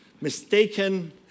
mistaken